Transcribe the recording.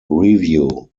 review